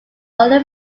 only